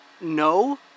No